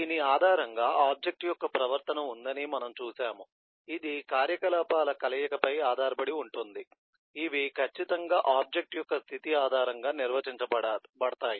దీని ఆధారంగా ఆబ్జెక్ట్ యొక్క ప్రవర్తన ఉందని మనము చూశాము ఇది కార్యకలాపాల కలయికపై ఆధారపడి ఉంటుంది ఇవి ఖచ్చితంగా ఆబ్జెక్ట్ యొక్క స్థితి ఆధారంగా నిర్వచించబడతాయి